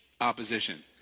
opposition